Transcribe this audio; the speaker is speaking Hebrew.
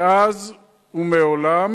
מאז ומעולם.